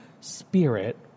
spirit